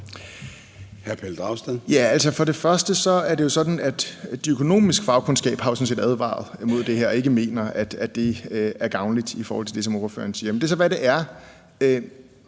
Pelle Dragsted (EL): For det første er det jo sådan, at den økonomiske fagkundskab har advaret mod det her, og at de ikke mener, at det er gavnligt i forhold til det, som ordføreren siger. Men det er så, hvad det er.